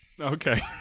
Okay